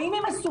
האם היא מסוגלת,